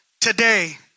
today